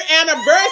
anniversary